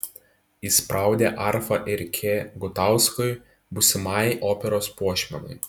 įspraudė arfą ir k gutauskui būsimajai operos puošmenai